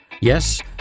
Yes